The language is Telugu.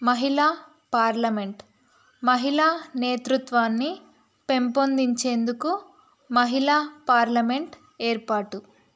మహిళ పార్లమెంట్ మహిళ నేతృత్వాన్ని పెంపొందించేందుకు మహిళ పార్లమెంట్ ఏర్పాటు